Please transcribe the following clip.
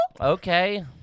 Okay